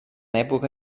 època